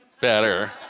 better